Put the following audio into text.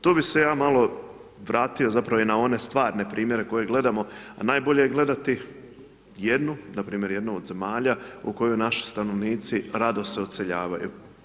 Tu bi se ja malo vratio zapravo i na ove stvarne primjere koje gledamo a najbolje je gledati jednu, npr. jednu od zemalja u koju naši stanovnici rado se odseljavaju.